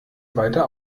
weiter